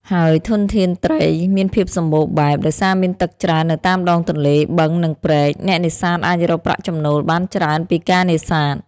ហើយធនធានត្រីមានភាពសម្បូរបែប ដោយសារមានទឹកច្រើននៅតាមដងទន្លេ បឹង និងព្រែក អ្នកនេសាទអាចរកប្រាក់ចំណូលបានច្រើនពីការនេសាទ។